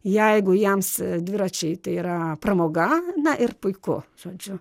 jeigu jiems dviračiai tai yra pramoga na ir puiku žodžiu